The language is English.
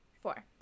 Four